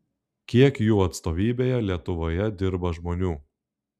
kiek jų atstovybėje lietuvoje dirba žmonių